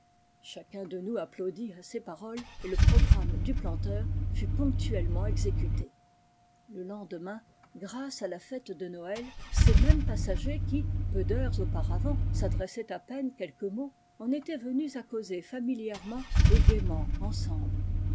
chacun de nous applaudit à ces paroles et le programme du planteur fut ponctuellement exécuté le lendemain grâce à la fête de noël ces mêmes passagers qui peu d'iieures auparavant s'adressaient à peine quelques mots en étaient venus à causer familièrement et gaiement ensemble